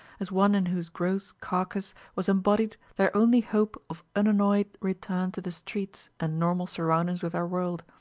as one in whose gross carcass was embodied their only hope of unannoyed return to the streets and normal surroundings of their world.